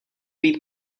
být